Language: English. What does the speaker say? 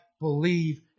believe